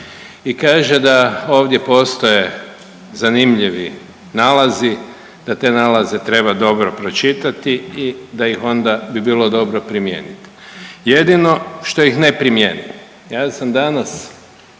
i kaže da ovdje postoje zanimljivi nalazi, da te nalaze treba dobro pročitati i da ih onda bi bilo dobro primijeniti. Jedino što ih ne primjene. Ja sam danas